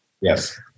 Yes